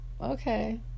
Okay